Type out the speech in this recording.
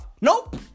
Nope